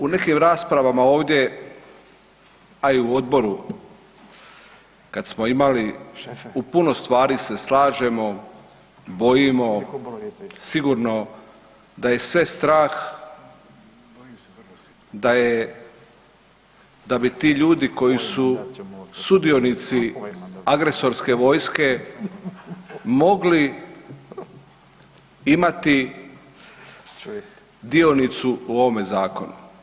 U nekim raspravama ovdje a i u odboru kad smo imali, u puno stvari se slažemo, bojimo, sigurno da je sve strah, da bi ti ljudi koji su sudionici agresorske vojske, mogli imati dionicu u ovome zakonu.